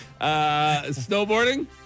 Snowboarding